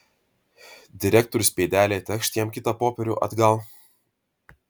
direktorius pėdelė tėkšt jam kitą popierių atgal